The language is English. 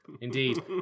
indeed